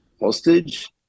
hostage